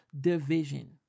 division